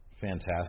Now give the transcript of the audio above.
fantastic